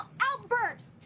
outburst